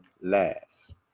last